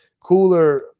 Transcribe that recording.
cooler